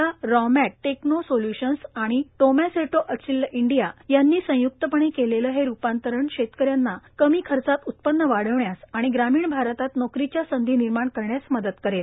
उदया रॉमट्ट techno solutions आणि टोमॅसेटो अचिल्ल इंडिया यांनी संयुक्तपणे केलेले हे रूपांतरण शेतकऱ्यांना कमी खर्चात उत्पन्न वाढविण्यास आणि ग्रामीण भारतात नोकरीच्या संधी निर्माण करण्यास म त करेल